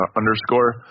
underscore